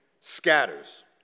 scatters